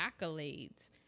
accolades